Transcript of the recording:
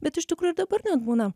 bet iš tikrųjų ir dabar net būna